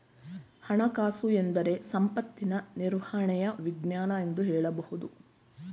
ಹಣಕಾಸುಎಂದ್ರೆ ಸಂಪತ್ತಿನ ನಿರ್ವಹಣೆಯ ವಿಜ್ಞಾನ ಎಂದು ಹೇಳಬಹುದು